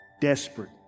desperate